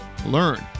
Learn